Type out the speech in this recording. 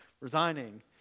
resigning